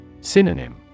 Synonym